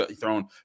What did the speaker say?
thrown